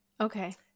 Okay